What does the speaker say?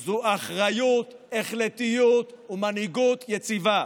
זה אחריות, החלטיות ומנהיגות יציבה.